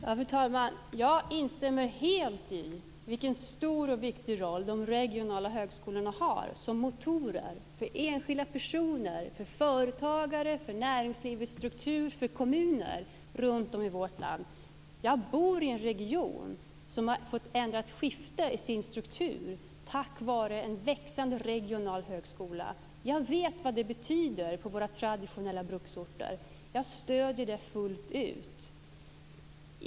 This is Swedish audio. Fru talman! Jag instämmer helt i att de regionala högskolorna har en stor och viktig roll som motorer för enskilda personer, för företagare, för näringslivsstruktur, för kommuner runt om i vårt land. Jag bor i en region som har fått ändra skifte i sin struktur tack vare en växande regional högskola. Jag vet vad det betyder för våra traditionella bruksorter. Jag stöder det fullt ut.